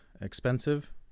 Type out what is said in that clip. expensive